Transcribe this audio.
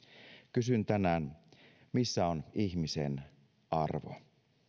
kysyn tänään missä on ihmisen arvo